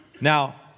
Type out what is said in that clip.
Now